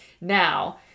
Now